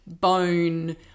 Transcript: bone